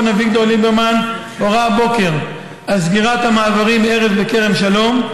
אביגדור ליברמן הורה הבוקר על סגירת המעברים ארז וכרם שלום,